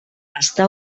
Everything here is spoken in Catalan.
està